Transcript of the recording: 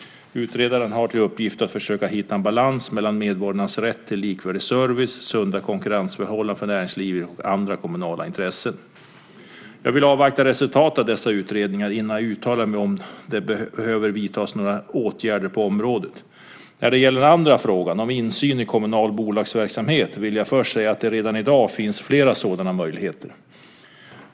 Utredaren har till uppgift att försöka hitta en balans mellan medborgarnas rätt till likvärdig service, sunda konkurrensförhållanden för näringslivet och andra kommunala intressen. Jag vill avvakta resultatet av dessa utredningar innan jag uttalar mig om det behöver vidtas några åtgärder på området. När det gäller den andra frågan om insyn i kommunal bolagsverksamhet vill jag först säga att det redan i dag finns flera sådana möjligheter.